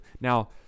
Now